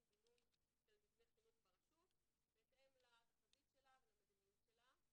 בינוי של מבנה חינוך ברשות בהתאם לתחזית שלה ולמדיניות שלה.